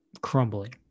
crumbling